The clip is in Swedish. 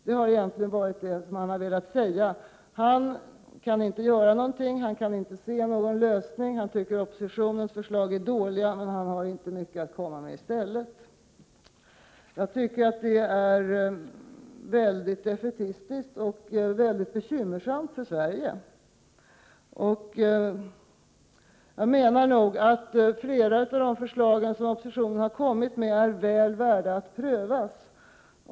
Vad han egentligen har velat säga är att han inte kan göra någonting, att han inte kan se någon lösning, att han tycker att oppositionens förslag är dåliga men att han inte har mycket att komma med i stället. Jag tycker det är väldigt defaitistiskt och väldigt bekymmersamt för Sverige. Flera av de förslag som oppositionen har lagt fram är väl värda att prövas.